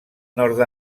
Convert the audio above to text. nord